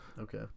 Okay